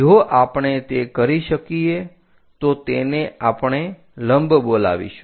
જો આપણે તે કરી શકીએ તો તેને આપણે લંબ બોલાવીશું